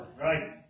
Right